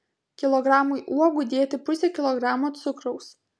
kilogramui uogų dėti pusę kilogramo cukraus